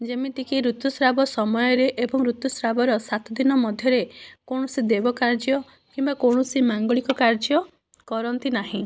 ଯେମିତିକି ଋତୁସ୍ରାବ ସମୟରେ ଏବଂ ଋତୁସ୍ରାବର ସାତ ଦିନ ମଧ୍ୟରେ କୌଣସି ଦେବ କାର୍ଯ୍ୟ କିମ୍ବା କୌଣସି ମାଙ୍ଗଳିକ କାର୍ଯ୍ୟ କରନ୍ତି ନାହିଁ